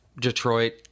Detroit